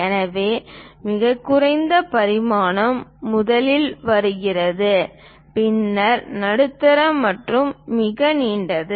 எனவே மிகக் குறைந்த பரிமாணம் முதலில் வருகிறது பின்னர் நடுத்தர மற்றும் மிக நீண்டது